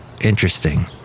Interesting